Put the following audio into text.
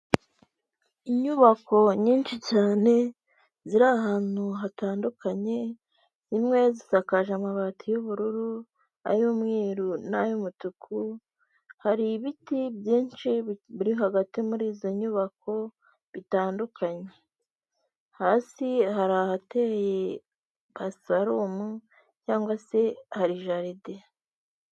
Iyo abayobozi basoje inama bari barimo hari ahantu habugenewe bahurira bakiga ku myanzuro yafashwe ndetse bakanatanga n'umucyo ku bibazo byagiye bigaragazwa ,aho hantu iyo bahageze baraniyakira.